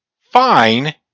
fine